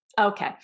Okay